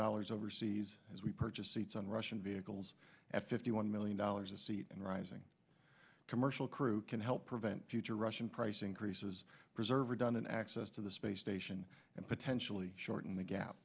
dollars overseas as we purchase seats on russian vehicles at fifty one million dollars a seat and rising commercial crew can help prevent future russian price increases preserver done an access to the space station and potentially shorten the gap